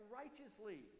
righteously